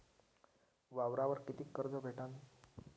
वावरावर कितीक कर्ज भेटन?